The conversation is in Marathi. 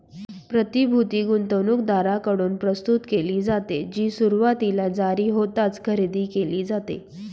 प्रतिभूती गुंतवणूकदारांकडून प्रस्तुत केली जाते, जी सुरुवातीला जारी होताच खरेदी केली जाते